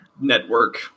network